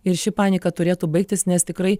ir ši panika turėtų baigtis nes tikrai